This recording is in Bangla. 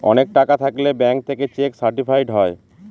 অনেক টাকা থাকলে ব্যাঙ্ক থেকে চেক সার্টিফাইড হয়